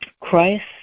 Christ